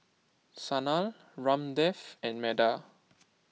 Sanal Ramdev and Medha